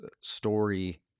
story